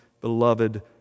beloved